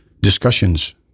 discussions